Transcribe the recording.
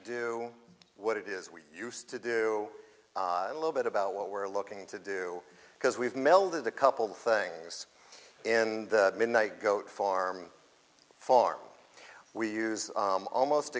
do what it is we use to do a little bit about what we're looking to do because we've melded a couple of things in the midnight goat farm far we use almost